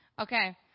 Okay